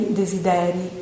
desideri